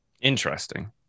Interesting